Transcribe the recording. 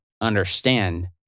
understand